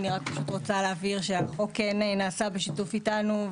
אני רוצה להבהיר שהחוק כן נעשה בשיתוף איתנו,